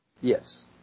Yes